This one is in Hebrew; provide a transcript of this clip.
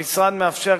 המשרד מאפשר,